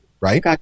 right